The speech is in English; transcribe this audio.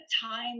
time